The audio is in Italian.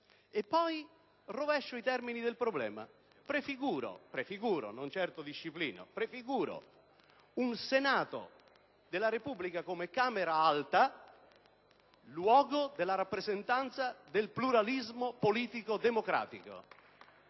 E poi, rovesciando i termini del problema, prefiguro - non certo disciplinando - un Senato della Repubblica come Camera Alta, luogo della rappresentanza del pluralismo politico democratico,